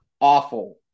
awful